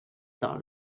thought